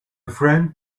friend